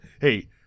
Hey